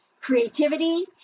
Creativity